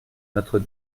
notre